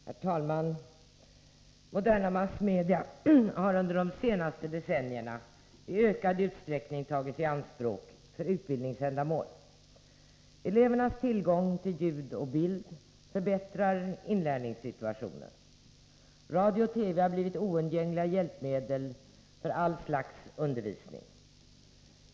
Herr talman! Moderna massmedia har under de senaste decennierna i ökad utsträckning tagits i anspråk för utbildningsändamål. Elevernas tillgång till ljud och bild förbättrar inlärningssituationen. Radio och TV har blivit oundgängliga hjälpmedel för allt slags undervisning.